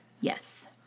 Yes